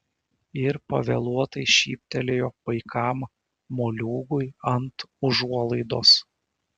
ir pavėluotai šyptelėjo paikam moliūgui ant užuolaidos